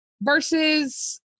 versus